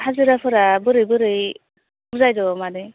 हाजिराफोरा बोरै बोरै बुजायो मादै